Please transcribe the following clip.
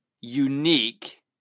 unique